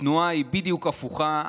התנועה היא בדיוק הפוכה,